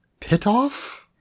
Pitoff